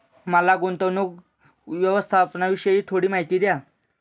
मला गुंतवणूक व्यवस्थापनाविषयी थोडी माहिती द्या